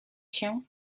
się